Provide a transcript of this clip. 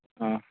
ꯑꯥ